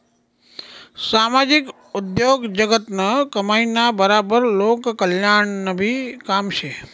सामाजिक उद्योगजगतनं कमाईना बराबर लोककल्याणनंबी काम शे